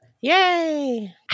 Yay